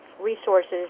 resources